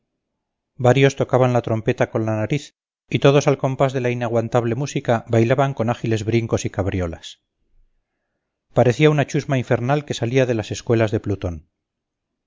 varios tocaban la trompeta con la nariz y todos al compás de la inaguantable música bailaban con ágiles brincos y cabriolas parecía una chusma infernal que salía de las escuelas de plutón